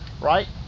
right